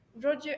Roger